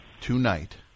tonight